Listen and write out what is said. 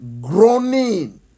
Groaning